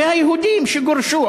והיהודים שגורשו,